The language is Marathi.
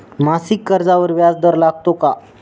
मासिक कर्जावर व्याज दर लागतो का?